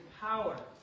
power